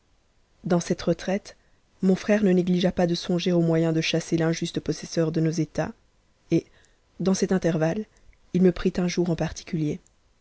dans cette retraite mon frère ne négligea pas de songer aux moyens t chasser l'injuste possesseur de nos états et dans cet intervalle il tue prit un jour en particulier